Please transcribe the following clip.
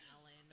Ellen